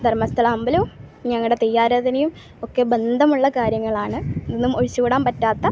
ധർമ്മസ്ഥല അമ്പലവും ഞങ്ങളുടെ തെയ്യാരാധനയും ഒക്കെ ബന്ധമുള്ള കാര്യങ്ങളാണ് ഒന്നും ഒഴിച്ച് കൂടാൻ പറ്റാത്ത